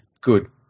good